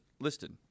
listed